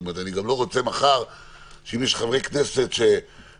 אני לא רוצה שיקרה מחר מצב שאם יש חברי כנסת שרוצים